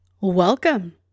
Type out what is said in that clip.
Welcome